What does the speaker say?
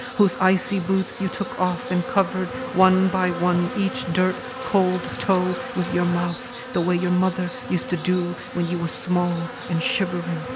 whose icy boots you took off and covered, one by one, each dirt-cold toe with your mouth. the way your mother used to do when you were small and shivering.